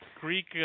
Greek